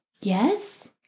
Yes